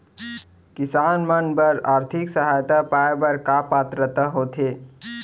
किसान मन बर आर्थिक सहायता पाय बर का पात्रता होथे?